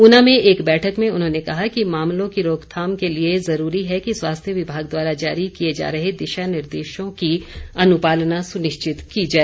ऊना में एक बैठक में उन्होंने कहा कि मामलों की रोकथाम के लिए जरूरी है कि स्वास्थ्य विभाग द्वारा जारी किए जा रहे दिशा निर्देशों की अनुपालना सुनिश्चित की जाए